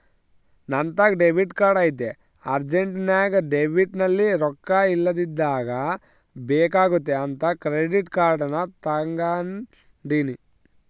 ನಂತಾಕ debit card ಐತೆ ಅರ್ಜೆಂಟ್ನಾಗ ಡೆಬಿಟ್ನಲ್ಲಿ ರೊಕ್ಕ ಇಲ್ಲದಿದ್ದಾಗ ಬೇಕಾಗುತ್ತೆ ಅಂತ ಕ್ರೆಡಿಟ್ ಕಾರ್ಡನ್ನ ತಗಂಡಿನಿ